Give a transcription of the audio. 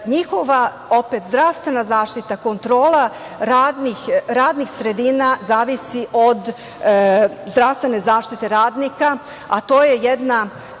zdravstvena zaštita, kontrola radnih sredina, zavisi od zdravstvene zaštite radnika, a to je jedna